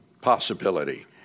possibility